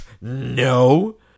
No